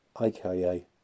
aka